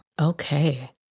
Okay